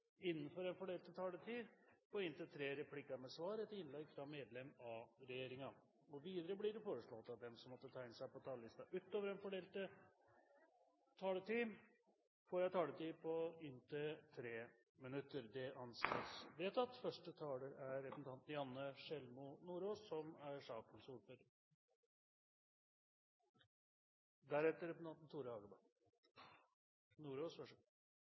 innenfor den fordelte taletid. Videre blir det foreslått at de som måtte tegne seg på talerlisten utover den fordelte taletid, får en taletid på inntil 3 minutter. – Det anses vedtatt. Først vil jeg takke komiteen for et godt samarbeid i denne saken. Dette er en sak som alle i komiteen mener er